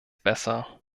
besser